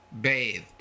Bathed